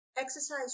Exercise